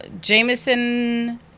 Jameson